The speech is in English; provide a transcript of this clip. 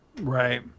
Right